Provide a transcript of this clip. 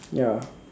ya